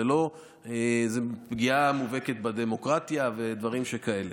זו לא פגיעה מובהקת בדמוקרטיה ודברים שכאלה.